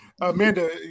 Amanda